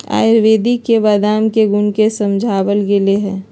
आयुर्वेद में बादाम के गुण के समझावल गैले है